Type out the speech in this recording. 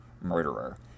murderer